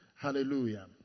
Hallelujah